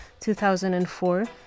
2004